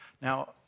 Now